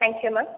thank you ma'am